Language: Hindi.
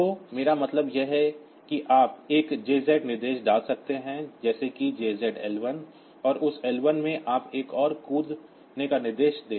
तो मेरा मतलब यह है कि आप एक JZ निर्देश डाल सकते हैं जैसे कि JZ L1 और उस L1 में आप एक और जंप का निर्देश दें